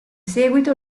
seguito